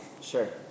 Sure